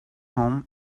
home